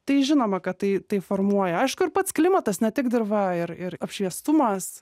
tai žinoma kad tai tai formuoja aišku ir pats klimatas ne tik dirva ir ir apšviestumas